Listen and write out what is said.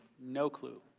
no clue.